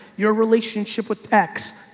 your relationship with x,